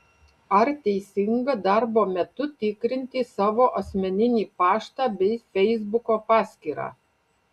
ar teisinga darbo metu tikrinti savo asmeninį paštą bei feisbuko paskyrą